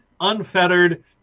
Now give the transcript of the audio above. unfettered